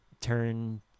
turn